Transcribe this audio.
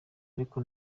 ariko